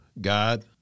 God